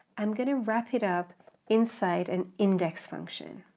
i'm going to wrap it up inside an index function,